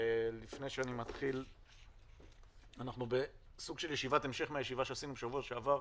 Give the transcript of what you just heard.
אנחנו בסוג של ישיבת המשך לישיבה שעשינו בשבוע שעבר,